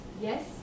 yes